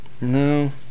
no